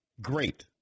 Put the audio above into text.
Great